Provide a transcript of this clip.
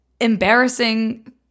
embarrassing